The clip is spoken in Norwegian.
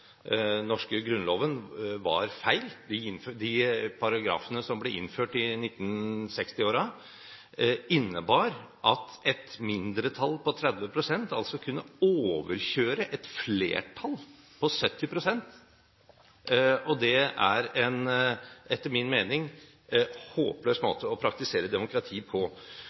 den norske grunnloven var feil. De paragrafene som ble innført i 1960-årene, innebar at et mindretall på 30 pst. kunne overkjøre et flertall på 70 pst. Det er en etter min mening håpløs måte å praktisere demokrati på.